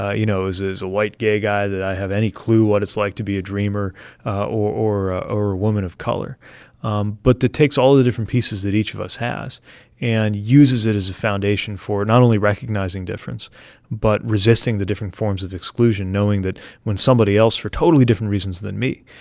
you know, as as a white gay guy that i have any clue what it's like to be a dreamer or or a woman of color um but that takes all the different pieces that each of us has and uses it as a foundation for not only recognizing difference but resisting the different forms of exclusion, knowing that when somebody else, for totally different reasons than me,